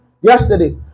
yesterday